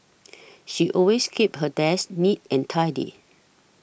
she always keeps her desk neat and tidy